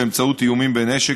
באמצעות איומים בנשק,